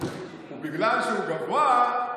ובגלל שהוא גבוה,